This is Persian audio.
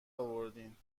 آوردین